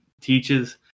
teaches